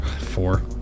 Four